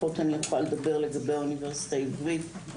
ואני יכולה לדבר על האוניברסיטה העברית,